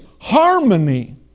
harmony